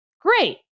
Great